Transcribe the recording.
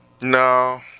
No